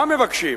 מה מבקשים?